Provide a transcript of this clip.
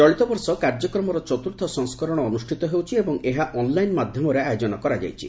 ଚଳିତବର୍ଷ କାର୍ଯ୍ୟକ୍ରମର ଚତୁର୍ଥ ସଂସ୍କରଣ ଅନୁଷ୍ଠିତ ହେଉଛି ଏବଂ ଏହା ଅନଲାଇନ ମାଧ୍ୟମରେ ଆୟୋଜନ କରାଯାଇଛି